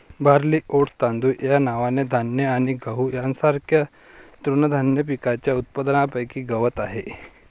barley, oats, तांदूळ, rye नावाचे धान्य आणि गहू यांसारख्या तृणधान्य पिकांच्या उत्पादनापैकी गवत आहे